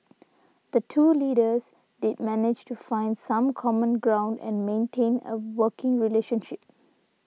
the two leaders did manage to find some common ground and maintain a working relationship